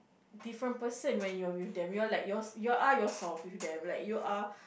different person when you're with them you're like your your you are yourself with them like you are